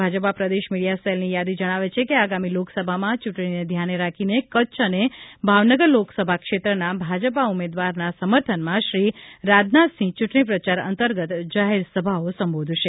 ભાજપા પ્રદેશ મીડીયા સેલની યાદી જણાવે છે કે આગામી લોકસભામાં ચૂંટણીને ધ્યાને રાખીને કચ્છ અને ભાવનગર લોકસભા ક્ષેત્રના ભાજપાના ઉમેદવારોના સમર્થનમાં શ્રી રાજનાથસિંહ ચ્રંટણી પ્રચાર અતંર્ગત જાહેર સભાઓ સંબોધશે